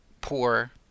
poor